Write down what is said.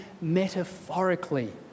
metaphorically